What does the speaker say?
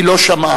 כי לא שמעה.